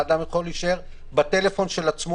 האדם יכול להישאר אנונימי עם הטלפון שלו,